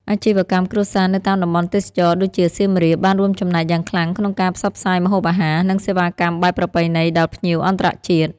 អាជីវកម្មគ្រួសារនៅតាមតំបន់ទេសចរណ៍ដូចជាសៀមរាប បានរួមចំណែកយ៉ាងខ្លាំងក្នុងការផ្សព្វផ្សាយម្ហូបអាហារ និងសេវាកម្មបែបប្រពៃណីដល់ភ្ញៀវអន្តរជាតិ។